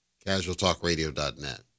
casualtalkradio.net